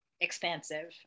expansive